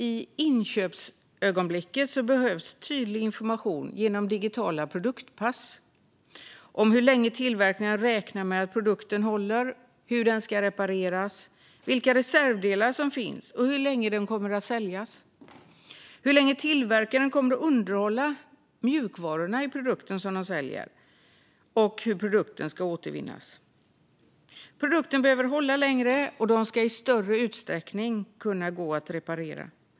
I inköpsögonblicket behövs tydlig information, genom digitala produktpass, om hur länge tillverkaren räknar med att produkten håller, hur den ska repareras, vilka reservdelar som finns, hur länge den kommer att säljas, hur länge tillverkaren kommer att underhålla mjukvarorna i produkten som de säljer och hur produkten ska återvinnas. Produkter behöver hålla längre, och de ska i större utsträckning kunna gå att reparera.